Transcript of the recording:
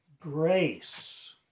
grace